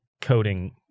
coding